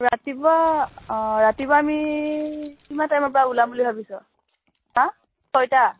ৰাতিপুৱা অঁ ৰাতিপুৱা আমি কিমান টাইমৰ পৰা ওলাম বুলি ভাবিছ ছয়টা